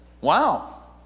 Wow